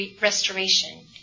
restoration